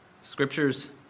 Scriptures